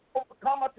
overcome